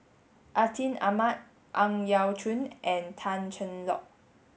Atin Amat Ang Yau Choon and Tan Cheng Lock